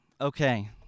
Okay